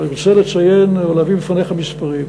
אבל אני רוצה לציין ולהביא בפניך מספרים.